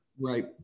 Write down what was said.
Right